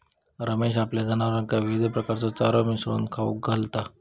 रमेश आपल्या जनावरांका विविध प्रकारचो चारो मिसळून खाऊक घालता